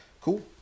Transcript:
Cool